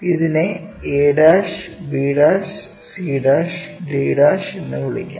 ഇതിനെ a'b'c'd' എന്ന് വിളിക്കാം